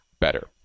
better